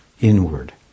inward